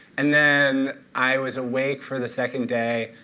and then i was awake for the second day.